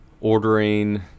ordering